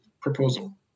proposal